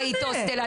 בית, הוסטל.